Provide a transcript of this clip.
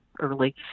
early